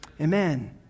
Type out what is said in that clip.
Amen